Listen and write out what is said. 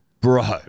Bro